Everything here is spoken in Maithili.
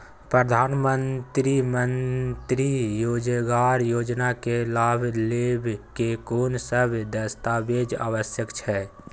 प्रधानमंत्री मंत्री रोजगार योजना के लाभ लेव के कोन सब दस्तावेज आवश्यक छै?